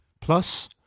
Plus